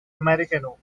americano